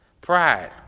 Pride